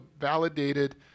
validated